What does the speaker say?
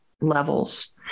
levels